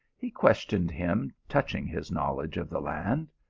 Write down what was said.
he questioned him touching his knowledge of the land.